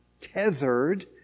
tethered